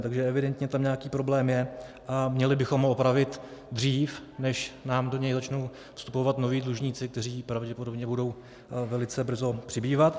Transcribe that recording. Takže evidentně tam nějaký problém je a měli bychom ho opravit dřív, než nám do něj začnou vstupovat noví dlužníci, kteří pravděpodobně budou velice brzo přibývat.